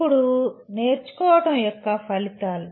ఇప్పుడు నేర్చుకోవడం యొక్క ఫలితాలు